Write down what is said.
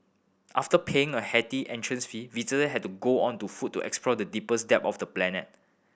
after paying a hefty entrance fee visitor had to go on to foot to explore the deepest depths of the planet